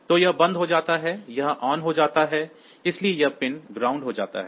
तो यह बंद हो जाता है यह ON हो जाता है इसलिए यह पिन ग्राउंडेड हो जाता है